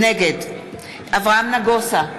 נגד אברהם נגוסה,